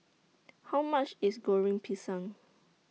How much IS Goreng Pisang